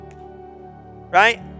Right